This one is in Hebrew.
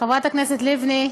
חברת הכנסת לבני,